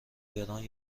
گران